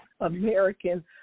American